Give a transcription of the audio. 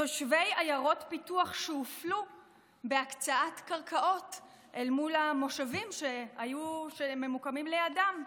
תושבי עיירות פיתוח שהופלו בהקצאת קרקעות אל מול המושבים שממוקמים לידם,